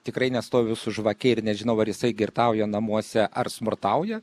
tikrai nestoviu su žvake ir nežinau ar jisai girtauja namuose ar smurtauja